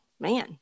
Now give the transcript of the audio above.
man